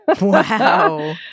Wow